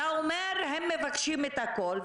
אתה אומר שהם מבקשים את הכול,